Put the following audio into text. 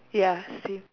ya same